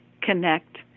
Connect